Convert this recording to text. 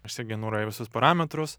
išsigeneruoji visus parametrus